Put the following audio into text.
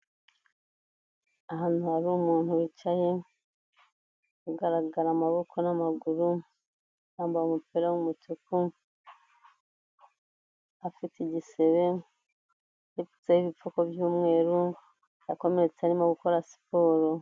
Ahantu hari umuntu wicaye ugaragara amaboko n'amaguru, yambaye umupira w'umutuku, afite igisebe yipfutseho n'ibipfuko by'umweru, yakomeretse arimo gukora siporo.